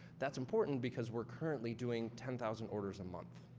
that's important, because we're currently doing ten thousand orders a month.